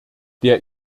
der